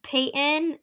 Peyton